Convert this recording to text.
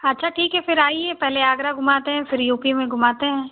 हाँ तो ठीक है फिर आइए पहले आगरा घूमाते है फिर यू पी में घूमाते हैं